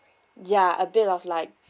ya a bit of like